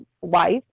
wife